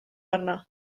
arno